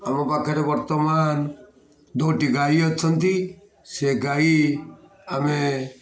ଆମ ପାଖରେ ବର୍ତ୍ତମାନ ଦୁଇଟି ଗାଈ ଅଛନ୍ତି ସେ ଗାଈ ଆମେ